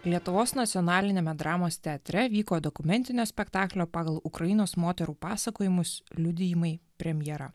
lietuvos nacionaliniame dramos teatre vyko dokumentinio spektaklio pagal ukrainos moterų pasakojimus liudijimai premjera